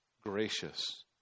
gracious